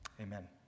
Amen